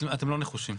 אתם לא נחושים.